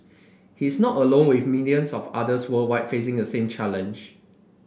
he's not alone with millions of others worldwide facing a same challenge